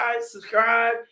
subscribe